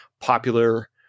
popular